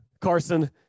Carson